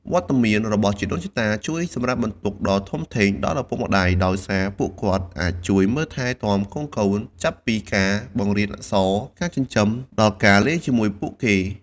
វត្តមានរបស់ជីដូនជីតាជួយសម្រាលបន្ទុកដ៏ធំធេងដល់ឪពុកម្តាយ ដោយសារពួកគាត់អាចជួយមើលថែទាំកូនៗ ចាប់ពីការបង្រៀនអក្សរ ការចិញ្ចឹម ដល់ការលេងជាមួយពួកគេ។